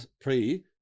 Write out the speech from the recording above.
pre